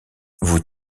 vous